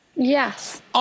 Yes